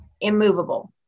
immovable